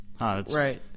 Right